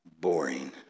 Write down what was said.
boring